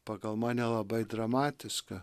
pagal mane labai dramatiška